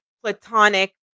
platonic